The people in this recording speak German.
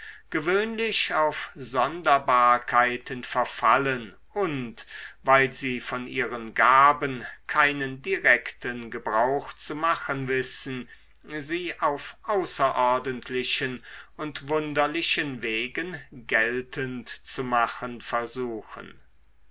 gewöhnlich auf sonderbarkeiten verfallen und weil sie von ihren gaben keinen direkten gebrauch zu machen wissen sie auf außerordentlichen und wunderlichen wegen geltend zu machen versuchen